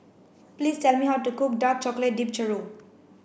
please tell me how to cook dark chocolate dipped Churro